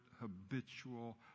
habitual